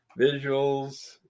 visuals